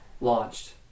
launched